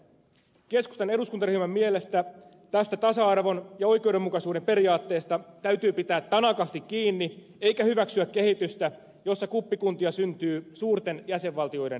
keskustan eduskuntaryhmän mielestä tästä tasa arvon ja oikeudenmukaisuuden periaatteesta täytyy pitää tanakasti kiinni eikä hyväksyä kehitystä jossa kuppikuntia syntyy suurten jäsenvaltioiden ehdoilla